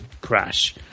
Crash